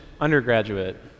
undergraduate